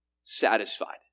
satisfied